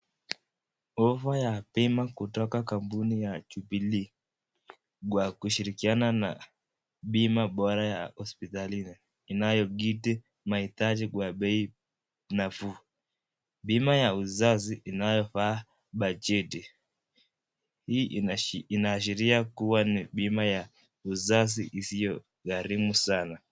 Ofa ya bima kutoka kampuni ya Jubilee, kwa kushirikiana na bima bora ya hosiptalini. Inayokidhi mahitaji kwa bei nafuu, bima ya uzazi inayofaa bajeti, hii inaashiria kuwa ni bima ya uzazi isiyo gharimu sana.